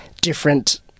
different